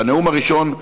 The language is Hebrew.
בנאום הראשון,